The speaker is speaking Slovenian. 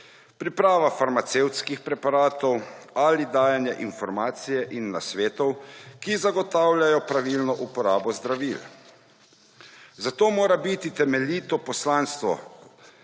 priprava farmacevtskih preparatov ali dajanje informacije in nasvetov, ki zagotavljajo pravilno uporabo zdravil, zato mora biti temeljito poslanstvo